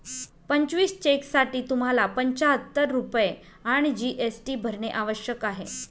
पंचवीस चेकसाठी तुम्हाला पंचाहत्तर रुपये आणि जी.एस.टी भरणे आवश्यक आहे